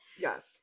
yes